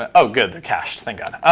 ah oh good, they're cached. thank god.